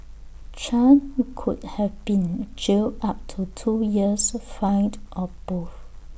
chan could have been jailed up to two years fined or both